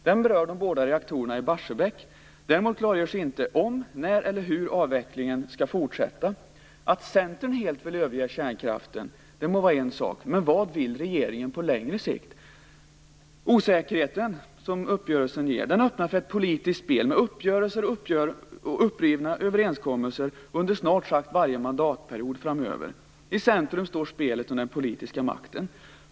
Den berör de båda reaktorerna i Barsebäck, men däremot klargörs inte om, när eller hur avvecklingen skall fortsätta. Att Centern helt vill överge kärnkraften må vara en sak, men vad vill regeringen på längre sikt? Den osäkerhet uppgörelsen ger öppnar för ett politiskt spel med uppgörelser och upprivna överenskommelser under snart sagt varje mandatperiod framöver. I centrum står spelet om den politiska makten.